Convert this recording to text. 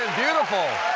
and beautiful!